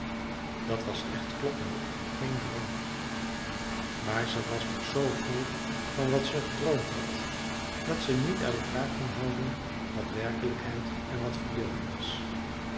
dat was echt kloppen en geen droom maar ze was nog z vol van wat ze gedroomd had dat ze niet uit elkaar kon houden wat werkelijkheid en wat verbeelding was